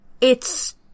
It's-